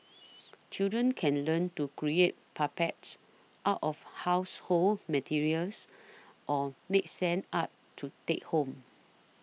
children can learn to create puppets out of household materials or make sand art to take home